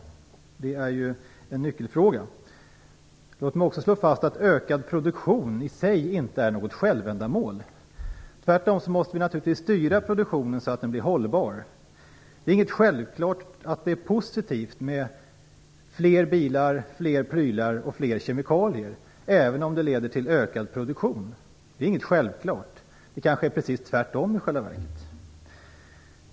Det är en nyckelfråga. Låt mig också slå fast att ökad produktion i sig inte är någon självändamål. Tvärtom måste vi naturligtvis styra produktionen så att den blir hållbar. Det är inte självklart att det är positivt med fler bilar, fler prylar och fler kemikalier även om det leder till ökad produktion. Det är inte självklart. Det kanske i själva verket är precis tvärtom.